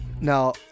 now